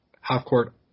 half-court